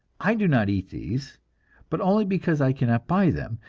i do not eat these but only because i cannot buy them,